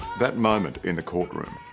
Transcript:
that moment in the courtroom